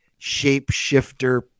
shapeshifter